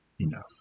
enough